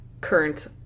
current